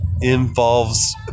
involves